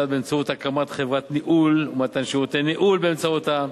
באמצעות הקמת חברת ניהול ומתן שירותי ניהול באמצעותה,